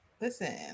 listen